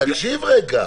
תקשיב רגע.